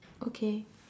okay